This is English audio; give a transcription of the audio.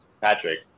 Patrick